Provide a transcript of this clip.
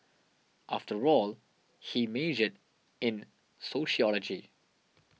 after all he majored in sociology